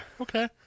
Okay